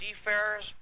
seafarers